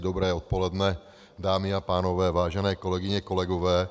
Dobré odpoledne, dámy a pánové, vážené kolegyně, kolegové.